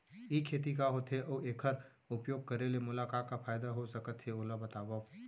ई खेती का होथे, अऊ एखर उपयोग करे ले मोला का का फायदा हो सकत हे ओला बतावव?